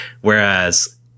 whereas